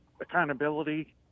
accountability